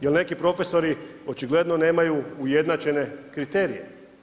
Jer neki profesori očigledno nemaju ujednačene kriterije.